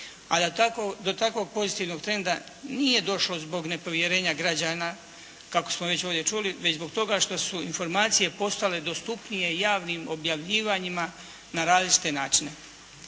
a do takvog pozitivnog trenda nije došlo zbog nepovjerenja građana kako smo već ovdje čuli već zbog toga što su informacije postale dostupnije javnim objavljivanjima na različite načine.